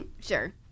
Sure